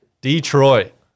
Detroit